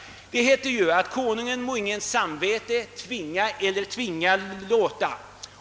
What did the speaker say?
Det heter ju att Konungen må ingens samvete tvinga eller tvinga låta.